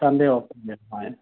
Sunday off হয়